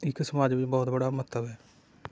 ਇੱਕ ਸਮਾਜ ਵਿੱਚ ਬਹੁਤ ਬੜਾ ਮਹੱਤਵ ਹੈ